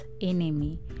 enemy